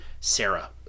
Sarah